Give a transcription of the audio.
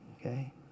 Okay